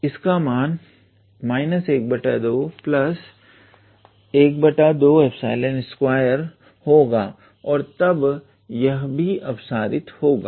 इसका मान 12122 होगा और तब यह भी अपसारीत होगा